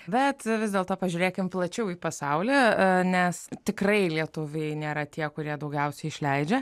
bet vis dėlto pažiūrėkim plačiau į pasaulyje nes tikrai lietuviai nėra tie kurie daugiausiai išleidžia